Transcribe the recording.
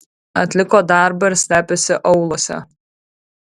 atliko darbą ir slepiasi aūluose